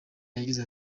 yagize